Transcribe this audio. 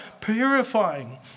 purifying